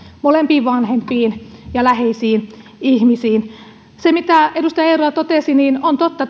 molempiin vanhempiin ja läheisiin ihmisiin siihen mitä edustaja eerola totesi on totta